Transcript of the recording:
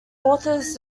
authors